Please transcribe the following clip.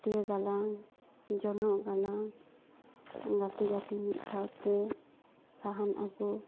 ᱯᱟᱹᱴᱭᱟᱹ ᱜᱟᱞᱟᱝ ᱡᱚᱱᱚᱜ ᱜᱟᱞᱟᱝ ᱜᱟᱛᱮ ᱜᱟᱛᱮ ᱢᱤᱫ ᱥᱟᱶᱛᱮ ᱥᱟᱦᱟᱱ ᱟᱹᱜᱩ